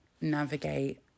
navigate